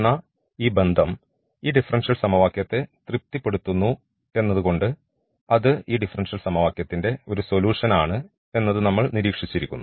എന്ന ഈ ബന്ധം ഈ ഡിഫറൻഷ്യൽ സമവാക്യത്തെ തൃപ്തിപ്പെടുത്തുന്നു എന്നതുകൊണ്ട് അത് ഈ ഡിഫറൻഷ്യൽ സമവാക്യത്തിൻറെ ഒരു സൊലൂഷൻ ആണ് എന്നത് നമ്മൾ നിരീക്ഷിച്ചിരിക്കുന്നു